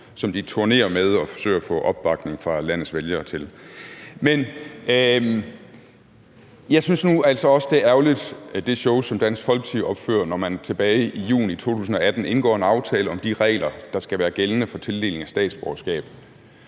som de turnerer med og forsøger at få opbakning fra landets vælgere til. Men jeg synes nu også, at det show, som Dansk Folkepartis ordfører opfører, er ærgerligt. Man indgår tilbage i juni 2018 en aftale om de regler, der skal være gældende for tildeling af statsborgerskab.